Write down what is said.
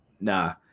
Nah